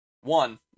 One